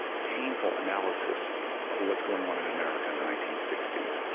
painful analysis of what's going on in america in the nineteen sixty s.